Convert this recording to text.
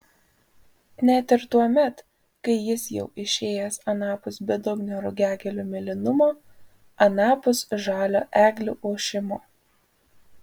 net ir tuomet kai jis jau išėjęs anapus bedugnio rugiagėlių mėlynumo anapus žalio eglių ošimo